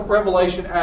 Revelation